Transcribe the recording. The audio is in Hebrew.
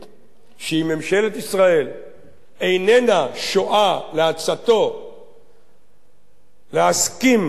ממשלת ישראל איננה שועה לעצתו להסכים להקמת